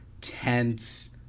tense